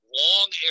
long